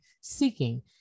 seeking